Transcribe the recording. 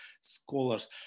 scholars